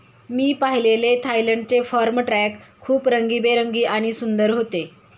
मी पाहिलेले थायलंडचे farm truck खूप रंगीबेरंगी आणि सुंदर होते